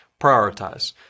Prioritize